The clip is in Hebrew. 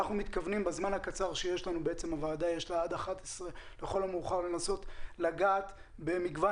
בזמן הקצר שיש לנו אנחנו ננסה לגעת במגוון